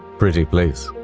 pretty please.